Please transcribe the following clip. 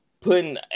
putting